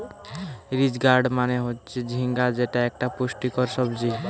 ridge gourd মানে হচ্ছে ঝিঙ্গা যেটা একটা পুষ্টিকর সবজি